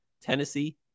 Tennessee